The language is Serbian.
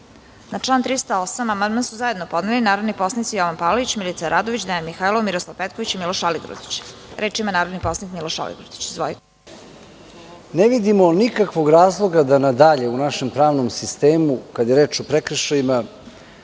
član 308. amandman su zajedno podneli narodni poslanici Jovan Palalić, Milica Radović, Dejan Mihajlov, Miroslav Petković i Miloš Aligrudić. Reč ima narodni poslanik Miloš Aligrudić. **Miloš Aligrudić** Ne vidimo nikakvog razloga da nadalje u našem pravnom sistemu kada je reč o prekršajima